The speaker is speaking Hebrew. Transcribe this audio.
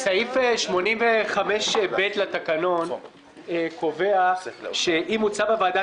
סעיף 85ב' לתקנון קובע שאם הוצע בוועדה